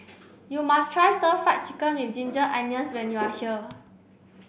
you must try stir fry chicken with ginger onions when you are here